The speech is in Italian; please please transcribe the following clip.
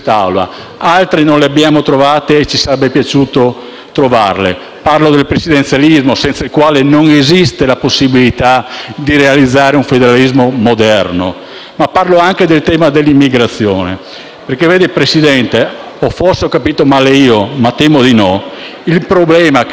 altre non le abbiamo trovate e ci sarebbe trovarle: parlo del presidenzialismo, senza il quale non esiste la possibilità di realizzare un federalismo moderno. Ma parlo anche del tema dell'immigrazione, perché vede, Presidente, forse ho capito male io, ma temo di no: il problema che lei ha